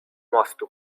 mostu